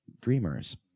dreamers